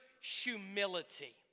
humility